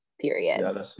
period